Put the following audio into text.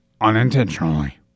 Unintentionally